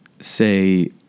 say